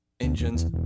Engines